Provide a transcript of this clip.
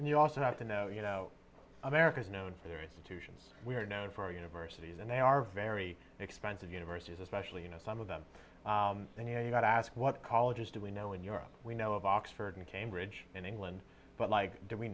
and you also have to know you know america is known for their institutions we are known for our universities and they are very expensive universities especially you know some of them and you know you got to ask what colleges do we know in europe we know of oxford and cambridge in england but like do we